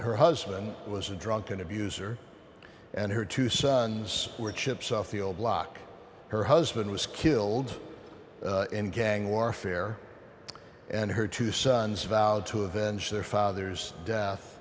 her husband was a drunken abuser and her two sons were chips off the old block her husband was killed in gang warfare and her two sons vowed to avenge their father's death